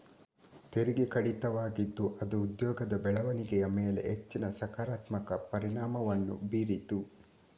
ತೆರಿಗೆ ಕಡಿತವಾಗಿದ್ದು ಅದು ಉದ್ಯೋಗದ ಬೆಳವಣಿಗೆಯ ಮೇಲೆ ಹೆಚ್ಚಿನ ಸಕಾರಾತ್ಮಕ ಪರಿಣಾಮವನ್ನು ಬೀರಿತು